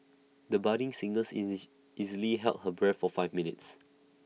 the budding singers easily easily held her breath for five minutes